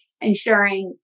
ensuring